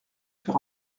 sur